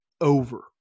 over